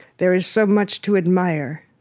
there is so much to admire,